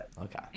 Okay